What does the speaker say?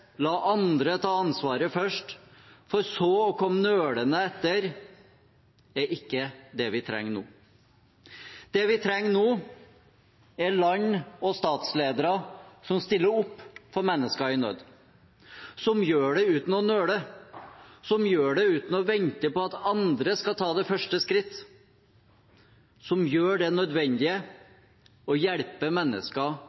la andre ta ansvaret først, for så å komme nølende etter, er ikke det vi trenger nå. Det vi trenger nå, er land og statsledere som stiller opp for mennesker i nød, som gjør det uten å nøle, som gjør det uten å vente på at andre skal ta det første skritt, som gjør det